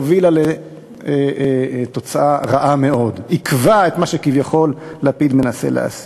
הובילו לתוצאה רעה מאוד ועיכבו את מה שכביכול לפיד מנסה להשיג.